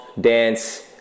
dance